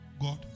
God